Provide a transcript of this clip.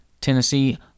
Tennessee